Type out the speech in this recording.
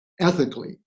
ethically